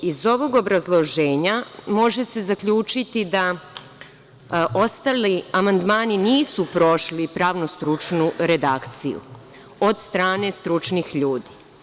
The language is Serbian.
Iz ovog obrazloženja može se zaključiti da ostali amandmani nisu prošli pravno-stručnu redakciju od strane stručnih ljudi.